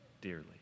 dearly